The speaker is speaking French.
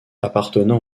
appartenant